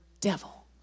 devil